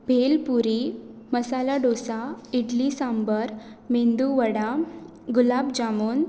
भेल पुरी मसाला डोसा इडली सांबर मेदू वडा गुलाब जामून